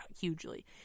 hugely